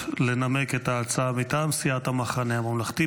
לנמק את ההצעה מטעם סיעת המחנה הממלכתי.